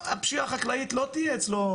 הפשיעה החקלאית לא תהיה אצלו,